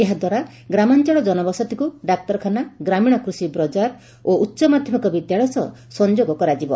ଏହାଦ୍ୱାରା ଗ୍ରାମାଂଚଳ ଜନବସତିକୁ ଡାକ୍ତରଖାନା ଗ୍ରାମୀଣ କୃଷି ବଜାର ଓ ଉଚ ମାଧ୍ଧମିକ ବିଦ୍ୟାଳୟ ସହ ସଂଯୋଗ କରାଯିବ